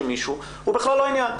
זה בכלל לא העניין.